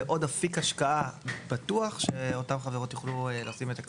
זה עוד אפיק השקעה בטוח שאותן חברות יוכלו לשים בו את הכסף.